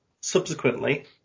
subsequently